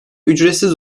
ücretsiz